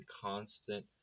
constant